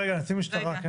רגע, רגע, קצין משטרה.